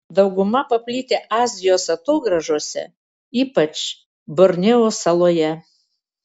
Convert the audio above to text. dauguma paplitę azijos atogrąžose ypač borneo saloje